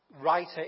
writer